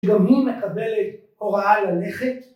‫גם הוא מקבל הוראה ללכת.